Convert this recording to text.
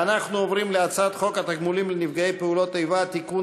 אנחנו עוברים להצעת חוק התגמולים לנפגעי פעולות איבה (תיקון,